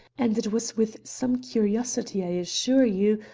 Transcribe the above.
and it was with some curiosity, i assure you,